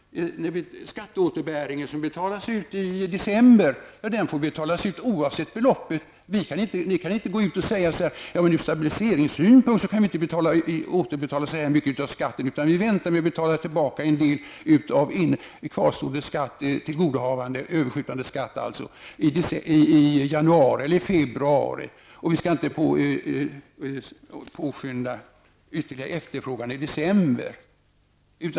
Skatteåterbäringen betalas nu ut i december, och den får betalas ut oavsett beloppet. Ni kan inte gå ut och säga att ni av stabiliseringspolitiska skäl inte kan återbetala så mycket av skatten och att ni därför väntar med att betala tillbaka en del av överskjutande skatt till januari eller februari därför att man inte ytterligare skall öka efterfrågan i december.